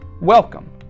welcome